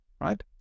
right